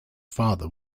father